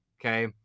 Okay